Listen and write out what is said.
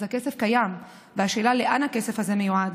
הכסף קיים והשאלה לאן הכסף הזה מיועד.